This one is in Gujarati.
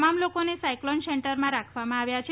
તમામ લોકોને સાયક્લોન શેલ્ટરમાં રાખવામાં આવ્યા છે